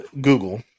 google